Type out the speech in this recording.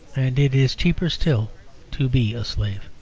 and it is cheaper still to be a slave.